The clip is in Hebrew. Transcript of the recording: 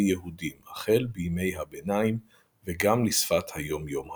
יהודים החל בימי הביניים וגם לשפת היום-יום המדוברת.